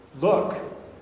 Look